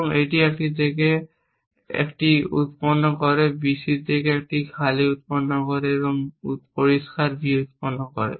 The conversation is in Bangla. এবং এটি একটি থেকে একটি উৎপন্ন করে bc থেকে একটি খালি উৎপন্ন করে এবং পরিষ্কার B উৎপন্ন করে